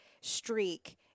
streak